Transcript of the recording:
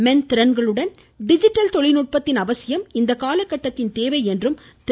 மென்திறன்களுடன் digital தொழில்நுட்பத்தின் அவசியம் இக்கால கட்டத்தின் தேவை என்றும் திரு